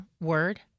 word